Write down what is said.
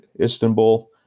Istanbul